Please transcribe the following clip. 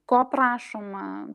ko prašoma